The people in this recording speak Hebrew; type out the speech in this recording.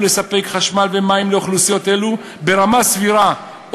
לספק חשמל ומים לאוכלוסיות אלו ברמה סבירה,